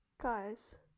Guys